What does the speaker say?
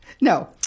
No